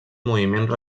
moviments